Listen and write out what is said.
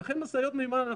ולכן משאיות מימן,